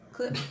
Clip